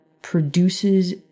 produces